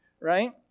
right